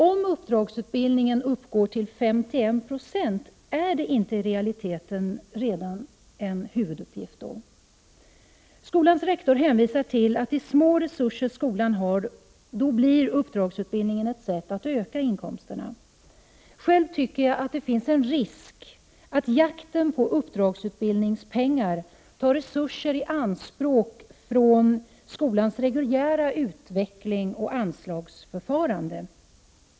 Om uppdragsutbildningen uppgår till 51 96, är det då i realiteten inte fråga om en huvuduppgift? Högskolans rektor hänvisar till de små resurser man har och menar att det här med uppdragsutbildningen är ett sätt att öka inkomsterna. Själv tycker jag att det finns en risk för att jakten på uppdragsutbildningspengar kräver resurser som hade behövts för skolans reguljära utveckling och anslagsförfarande.